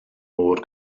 mor